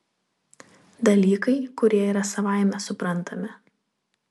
dalykai kurie yra savaime suprantami